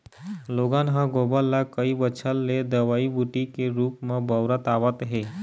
लोगन ह गोबर ल कई बच्छर ले दवई बूटी के रुप म बउरत आवत हे